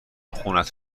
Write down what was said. خونت